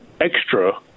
extra